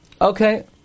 Okay